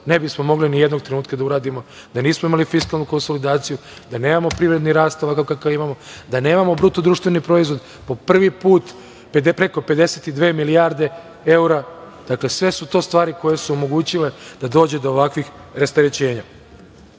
ne bi smo mogli ni jednog trenutka da uradimo da nismo imali fiskalnu konsolidaciju, da nemamo privredni rast ovakav kakav imamo, da nemamo BDP po prvi put preko 52 milijarde evra. Dakle, sve su to stvari koje su omogućile da dođe do ovakvih rasterećenja. Sledeća